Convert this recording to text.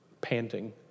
panting